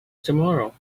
tomorrow